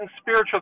spiritual